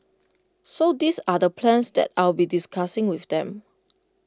so these are the plans that I'll be discussing with them